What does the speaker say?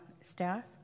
staff